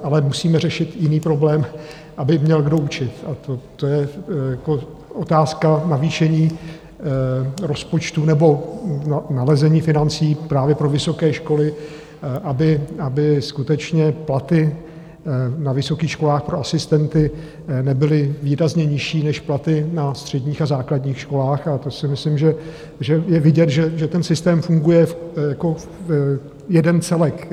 Ale musíme řešit i jiný problém, aby měl kdo učit, a to je otázka navýšení rozpočtu nebo nalezení financí právě pro vysoké školy, aby skutečně platy na vysokých školách pro asistenty nebyly výrazně nižší než platy na středních a základních školách, a to si myslím, že je vidět, že ten systém funguje jako jeden celek.